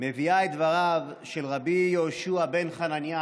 מביאה את דבריו של רבי יהושע בן חנניה,